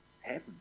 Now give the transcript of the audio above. happen